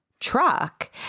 truck